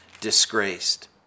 disgraced